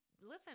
listen